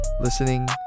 listening